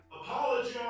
Apologize